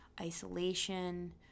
isolation